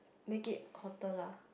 make it hotter lah